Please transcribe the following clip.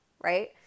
right